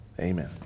Amen